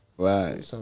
Right